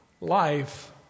Life